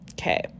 Okay